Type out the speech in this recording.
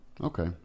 Okay